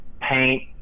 paint